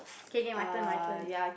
K K my turn my turn